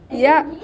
ya